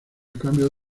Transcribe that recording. cambio